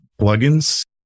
plugins